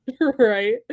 Right